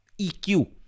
EQ